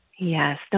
Yes